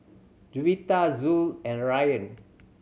Juwita Zul and Rayyan